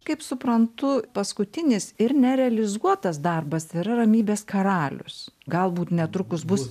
kaip suprantu paskutinis ir nerealizuotas darbas yra ramybės karalius galbūt netrukus bus